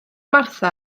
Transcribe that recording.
martha